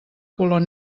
color